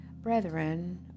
Brethren